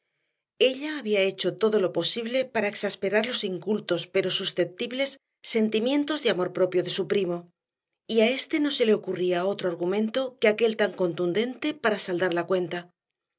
ella había hecho todo lo posible para exasperar los incultos pero susceptibles sentimientos de amor propio de su primo y a éste no se le ocurría otro argumento que aquel tan contundente para saldar la cuenta